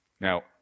Now